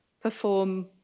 perform